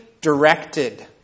directed